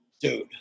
Dude